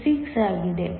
66 ಆಗಿದೆ